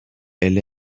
elle